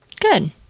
Good